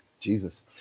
Jesus